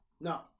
No